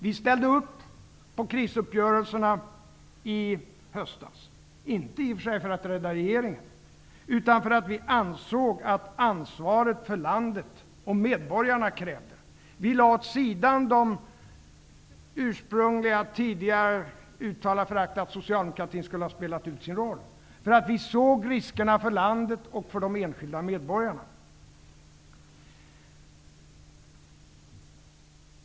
Vi ställde upp på krisuppgörelserna i höstas, i och för sig inte för att rädda regeringen, utan för att vi ansåg att ansvaret för landet och medborgarna krävde det. Vi lade åt sidan de ursprungliga tidiga uttalandena av förakt, att socialdemokratin skulle ha spelat ut sin roll, därför att vi såg riskerna för landet och för de enskilda medborgarna.